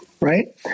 Right